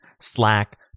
Slack